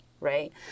right